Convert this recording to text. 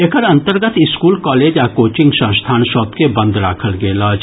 एकर अंतर्गत school college आ coaching संस्थान सभ के बंद राखल गेल अछि